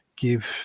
give